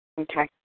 Okay